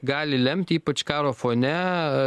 gali lemti ypač karo fone